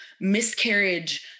miscarriage